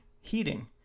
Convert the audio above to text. heating